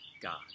God